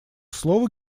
слово